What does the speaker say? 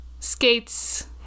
Skates